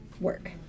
work